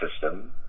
system